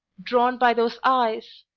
drawn by those eyes!